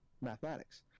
mathematics